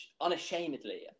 Unashamedly